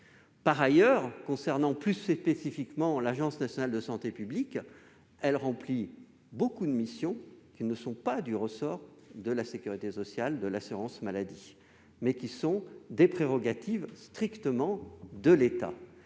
Par ailleurs, concernant plus spécifiquement l'Agence nationale de santé publique, j'observe qu'elle remplit nombre de missions qui sont non pas du ressort de la sécurité sociale, de l'assurance maladie, mais de strictes prérogatives de l'État.